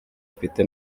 mfite